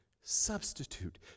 Substitute